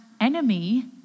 enemy